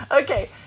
Okay